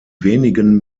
wenigen